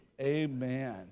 Amen